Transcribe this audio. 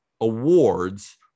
awards